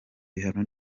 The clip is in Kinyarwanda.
bihano